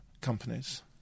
companies